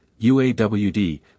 UAWD